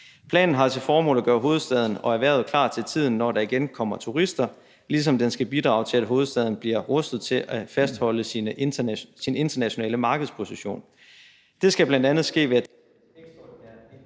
Planen har til formål at gøre hovedstaden og erhvervet klar til en tid, hvor der igen kommer turister, ligesom den skal bidrage til, at hovedstaden bliver rustet til at fastholde sin internationale markedsposition. Det skal bl.a. ske, ved at